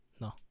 No